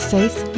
Faith